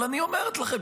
אבל אני אומרת לכם,